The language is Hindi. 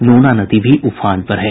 नूना नदी भी उफान पर है